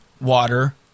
water